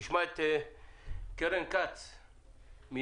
נשמע את קרן כץ מנטע,